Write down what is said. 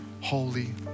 holy